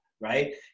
right